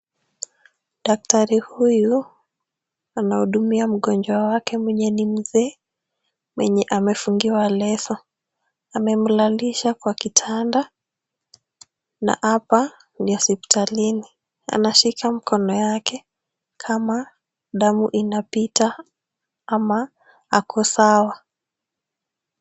Daktari huyu anamhudumia mgonjwa wake mwenye ni mzee mwenye amefungwa leso. Amemlalisha kwa kitanda na hapa ni hosipitalini. Anashika mkono yake kama damu inapita ama ako sawa.